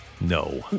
No